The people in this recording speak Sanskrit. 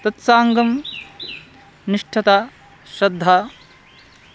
तत्साङ्गं निष्ठता श्रद्धा